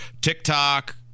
TikTok